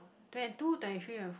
twenty two twenty three have